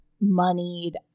moneyed